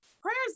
prayers